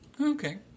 okay